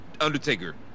Undertaker